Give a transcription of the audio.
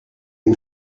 ihn